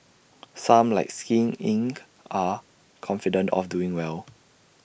some like skin Inc are confident of doing well